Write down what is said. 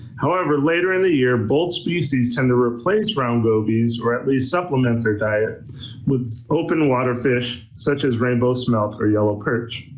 however, later in the year, both species tend to replace round gobies or at least supplement their diet with open-water fish such as rainbow smelt or yellow perch.